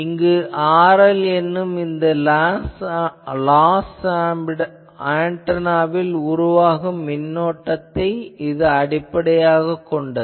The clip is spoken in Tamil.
இங்கு RL என்னும் இந்த லாஸ் ஆன்டெனாவில் உருவாகும் மின்னோட்டத்தை அடிப்படையாகக் கொண்டது